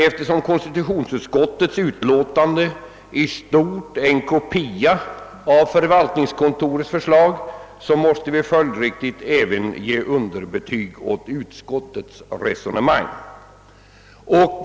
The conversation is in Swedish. Eftersom konstitutionsutskottets utlåtande i stort sett är en kopia av förvaltningskontorets förslag måste vi följdriktigt även ge underbetyg åt utskottets resonemang.